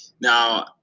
Now